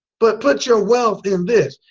but, put your wealth in this.